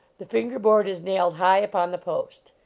the finger-board is nailed high upon the post.